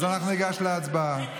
אז אנחנו ניגש להצבעה.